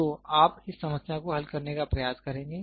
तो आप इस समस्या को हल करने का प्रयास करेंगे